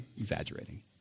exaggerating